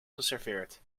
geserveerd